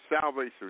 salvation